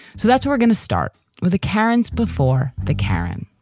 so that's we're going to start with karen before the karen